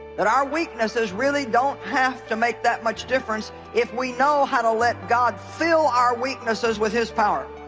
that our weaknesses really don't have to make that much difference if we know how to let god fill our weaknesses with his power